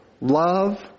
Love